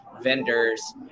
vendors